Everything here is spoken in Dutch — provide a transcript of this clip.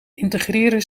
integreren